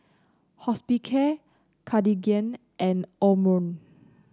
Hospicare Cartigain and Omron